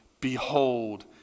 behold